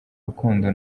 rukundo